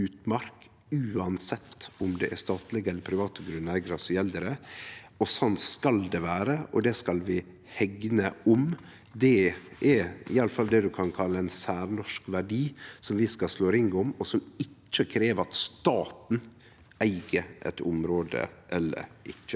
Anten det er statleg eller privat grunneigar, gjeld det. Slik skal det vere, og det skal vi hegne om. Det er iallfall det vi kan kalle ein særnorsk verdi som vi skal slå ring om, og som ikkje krev at staten eig eit område. Det er